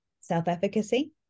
self-efficacy